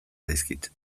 zaizkit